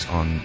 on